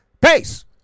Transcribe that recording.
peace